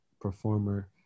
performer